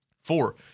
Four